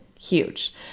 huge